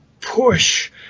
push